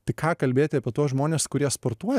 tai ką kalbėti apie tuos žmones kurie sportuoja